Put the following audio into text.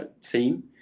team